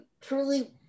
truly